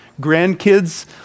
grandkids